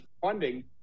funding